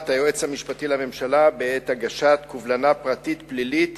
היועץ המשפטי לממשלה בעת הגשת קובלנה פרטית פלילית